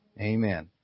Amen